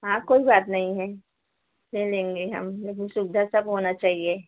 हाँ कोई बात नहीं है ले लेंगे हम लेकिन सुविधा सब होना चाहिए